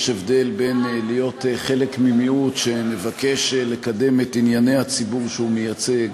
יש הבדל בין להיות חלק ממיעוט שמבקש לקדם את ענייני הציבור שהוא מייצג,